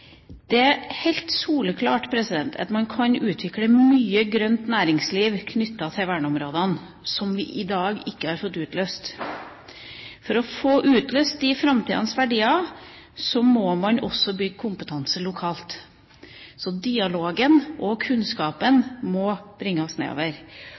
Det er helt soleklart at man kan utvikle mye grønt næringsliv knyttet til verneområdene, som vi i dag ikke har fått utløst. For å få utløst disse framtidas verdier, må man også bygge kompetanse lokalt – dialogen og